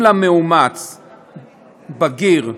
אם למאומץ בגיר,